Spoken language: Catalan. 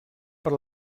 per